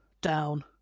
down